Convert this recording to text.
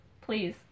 Please